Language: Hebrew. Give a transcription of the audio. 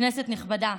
כנסת נכבדה,